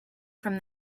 from